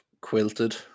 quilted